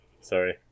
Sorry